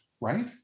right